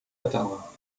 atteindre